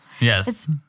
Yes